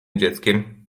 dzieckiem